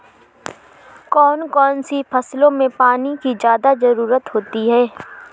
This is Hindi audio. कौन कौन सी फसलों में पानी की ज्यादा ज़रुरत होती है?